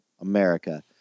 America